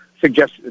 suggest